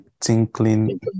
tinkling